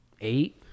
eight